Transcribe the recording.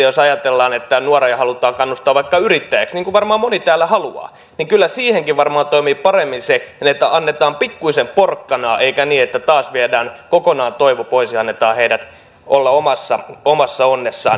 jos ajatellaan että nuoria halutaan kannustaa vaikka yrittäjiksi niin kuin varmaan moni täällä haluaa niin kyllä siihenkin varmaan toimii paremmin se että annetaan pikkuisen porkkanaa eikä niin että taas viedään kokonaan toivo pois ja annetaan heidän olla omassa onnessaan